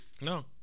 No